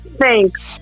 Thanks